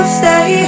stay